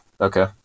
Okay